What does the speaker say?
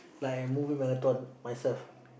like I movie marathon myself